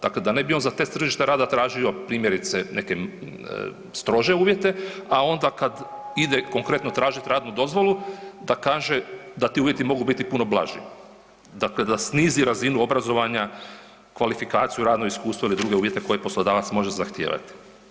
Dakle, da ne bi on za test tržišta rada tražio primjerice neke strože uvjete, a onda kad ide konkretno tražit radnu dozvolu da kaže da ti uvjeti mogu biti puno blaži, dakle da snizi razinu obrazovanja, kvalifikaciju, radno iskustvo ili druge uvjete koje poslodavac može zahtijevati.